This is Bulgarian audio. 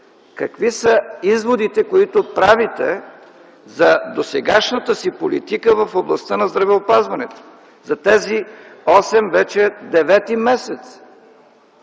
Какви са изводите, които правите за досегашната си политика в областта на здравеопазването за тези 8, вече 9-и месец?